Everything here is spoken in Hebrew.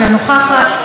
אינה נוכחת,